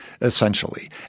essentially